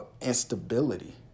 instability